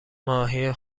ماهی